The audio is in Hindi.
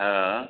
हाँ